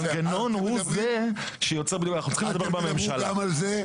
המנגנון הוא זה שיוצר --- אתם תדברו גם על זה?